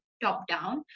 top-down